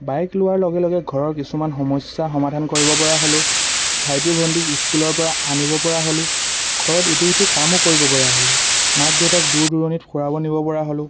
bike লোৱাৰ লগে লগে ঘৰৰ কিছুমান সমস্যা সমাধান কৰিবপৰা হ'লোঁ ভাইটি ভন্টিক স্কুলৰপৰা আনিবপৰা হ'লোঁ ঘৰত ইটো সিটো কামো কৰিবপৰা হ'লোঁ মাক দেউতাক দূৰ দূৰণিত ফুৰাব নিবপৰা হ'লোঁ